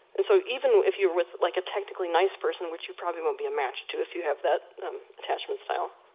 and so, even if you're with, like a technically nice person which you probably won't be a match to if you have that attachment style,